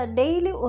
daily